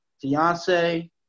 fiance